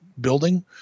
building